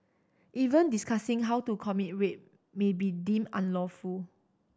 even discussing how to commit rape may be deemed unlawful